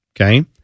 Okay